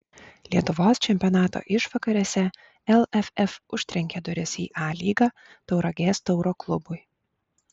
lietuvos čempionato išvakarėse lff užtrenkė duris į a lygą tauragės tauro klubui